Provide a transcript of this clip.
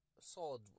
solid